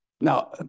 Now